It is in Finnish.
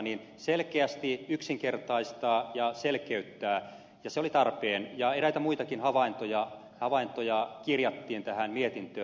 halusimme selkeästi yksinkertaistaa ja selkeyttää ja se oli tarpeen ja eräitä muitakin havaintoja kirjattiin tähän mietintöön